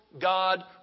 God